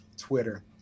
Twitter